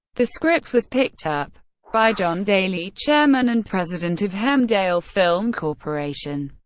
the script was picked up by john daly, chairman and president of hemdale film corporation.